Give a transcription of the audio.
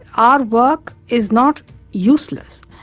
our work is not useless.